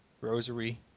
rosary